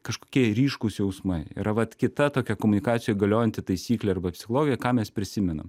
kažkokie ryškūs jausmai yra vat kita tokia komunikacijoj galiojanti taisyklė arba psichologijoj ką mes prisimenam